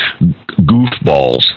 goofballs